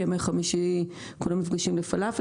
בימי חמישי כולם נפגשים לפלאפל,